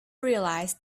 realized